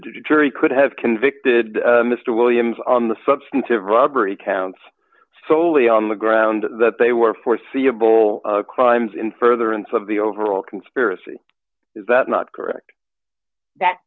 jury could have convicted mr williams on the substantive robbery counts solely on the ground that they were foreseeable crimes in further in some of the overall conspiracy is that not correct that